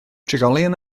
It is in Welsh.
trigolion